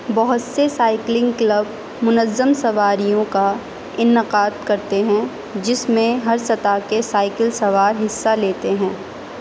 بہت سے cycling club منظم سواریوں کا انعقاد کرتے ہیں جس میں ہر سطح کے سائیکل سوار حصہ لیتے ہیں